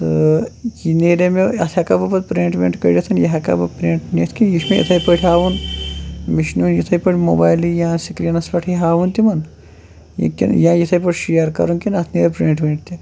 تہٕ یہِ نیریٛا مےٚ اَتھ ہٮ۪کاہ بہٕ پتہٕ پِرٛنٛٹ وِنٛٹ کٔڑتھ یہِ ہٮ۪کاہ بہٕ پِرٛنٛٹ نِتھ کِنہٕ یہِ چھِ مےٚ یِتھَے پٲٹھۍ ہاوُن مےٚ چھِ نیُن یِتھَے پٲٹھۍ موبایلٕے یا سِکریٖنَس پٮ۪ٹھٕے ہاوُن تِمَن یہِ کِنہٕ یا یِتھَے پٲٹھۍ شِیَر کَرُن کِنہٕ اَتھ نیرِ پِرٛنٛٹ وِنٛٹ تہِ